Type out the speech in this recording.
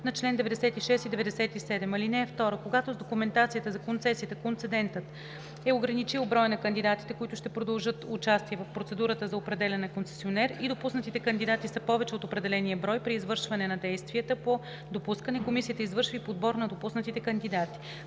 на чл. 96 и 97. (2) Когато с документацията за концесията концедентът е ограничил броя на кандидатите, които ще продължат участие в процедурата за определяне на концесионер, и допуснатите кандидати са повече от определения брой, при извършване на действията по допускане комисията извършва и подбор на допуснатите кандидати.